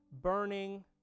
burning